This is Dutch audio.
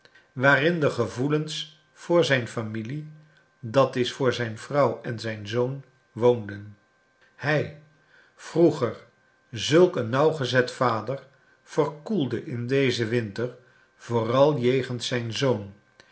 waarin de gevoelens voor zijn familie dat is voor zijn vrouw en zijn zoon woonden hij vroeger zulk een nauwgezet vader verkoelde in dezen winter vooral jegens zijn zoon